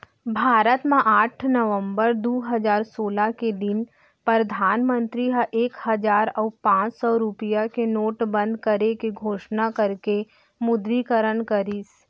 भारत म आठ नवंबर दू हजार सोलह के दिन परधानमंतरी ह एक हजार अउ पांच सौ रुपया के नोट बंद करे के घोसना करके विमुद्रीकरन करिस